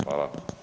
Hvala.